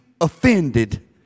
offended